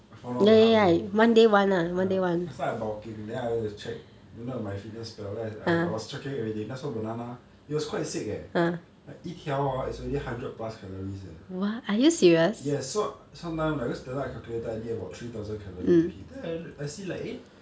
I found out the hard way ya last time I bulking then I always check then on my fitness pal I was checking everyday then I saw banana it was quite sick leh like 一条 hor is already hundred plus calories leh yes so sometime like because last time I calculated I need about three thousand calorie to hit then I see like eh